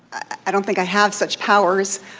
i don't think i have such powers,